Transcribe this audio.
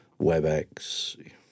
webex